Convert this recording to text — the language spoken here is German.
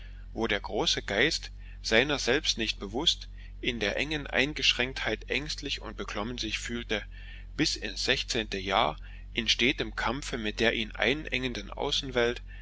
wo der große geist seiner selbst nicht bewußt in der engen eingeschränktheit ängstlich und beklommen sich fühlte bis ins sechzehnte jahr in stetem kampfe mit der ihn einengenden außenwelt